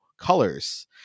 colors